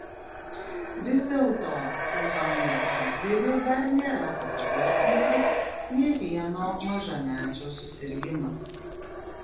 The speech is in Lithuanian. vis dėlto uhano atveju dar nėra patvirtintas nė vieno mažamečio susirgimas